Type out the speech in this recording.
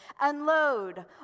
Unload